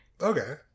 okay